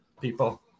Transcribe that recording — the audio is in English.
people